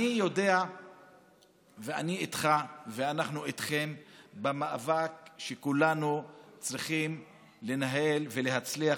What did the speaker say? אני יודע ואני איתך ואנחנו איתכם במאבק שכולנו צריכים לנהל ולהצליח,